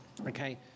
Okay